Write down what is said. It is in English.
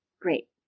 Great